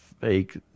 fake